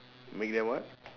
make them what